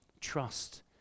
trust